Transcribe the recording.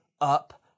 up